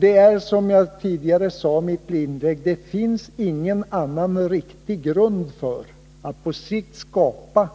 Det finns, som jag tidigare sade, ingen annan riktig grund för att på sikt skapa